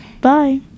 Bye